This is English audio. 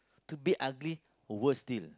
to be ugly worse still